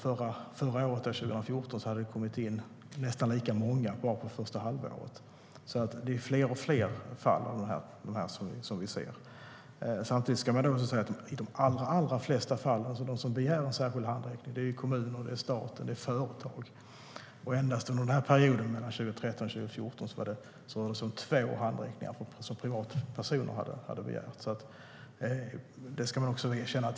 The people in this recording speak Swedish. Förra året, 2014, hade det kommit in nästan lika många under bara första halvåret. Vi ser alltså fler och fler fall av detta. De som begär särskild handräckning är i de allra flesta fall staten, kommuner eller företag. Under perioden 2013-2014 begärdes endast två handräckningar av privatpersoner.